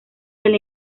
del